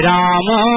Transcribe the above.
Rama